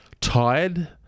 tired